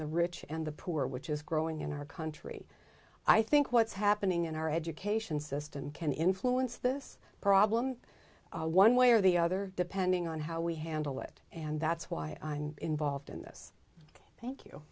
the rich and the poor which is growing in our country i think what's happening in our education system can influence this problem one way or the other depending on how we handle it and that's why i'm involved in this thank you